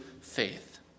faith